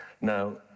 Now